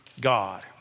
God